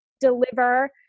deliver